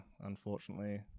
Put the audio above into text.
unfortunately